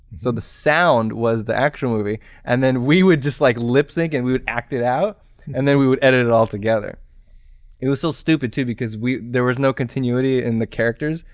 so the sound was the actual movie and then we would just like lip-sync and we would act it out and then we would edit it all together. it was so stupid too because we there was no continuity in the characters,